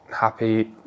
happy